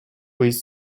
with